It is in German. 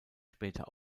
später